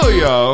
yo